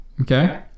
okay